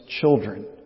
children